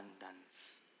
abundance